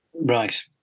Right